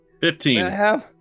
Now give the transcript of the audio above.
Fifteen